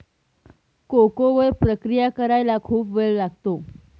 cocoa वर प्रक्रिया करायला खूप वेळ लागतो